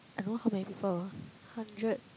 I don't know how many people hundred